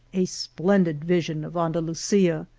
a splendid vision of andalusia.